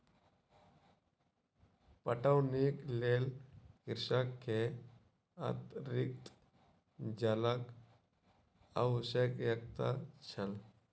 पटौनीक लेल कृषक के अतरिक्त जलक आवश्यकता छल